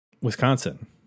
Wisconsin